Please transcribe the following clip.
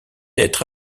être